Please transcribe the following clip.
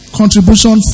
contribution